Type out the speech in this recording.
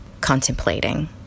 contemplating